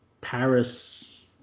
Paris